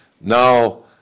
Now